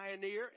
pioneer